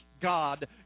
God